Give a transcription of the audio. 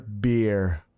beer